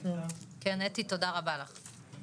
כן, אתי תודה רבה לך.